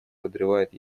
подрывает